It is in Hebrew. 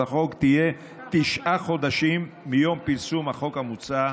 החוק תהיה תשעה חודשים מיום פרסום החוק המוצע.